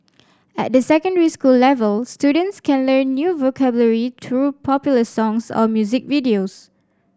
at the secondary school level students can learn new vocabulary through popular songs or music videos